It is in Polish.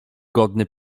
godny